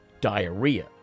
diarrhea